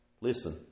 listen